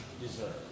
deserve